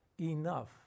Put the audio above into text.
enough